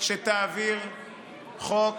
שתעביר חוק